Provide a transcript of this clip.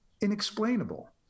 inexplainable